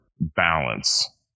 balance